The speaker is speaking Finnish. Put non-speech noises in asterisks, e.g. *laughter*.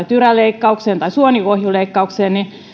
*unintelligible* tyräleikkaukseen tai suonikohjuleikkaukseen hoitotakuun määrittämässä rajassa